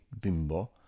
bimbo